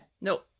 No